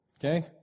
Okay